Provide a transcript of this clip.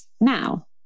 now